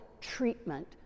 treatment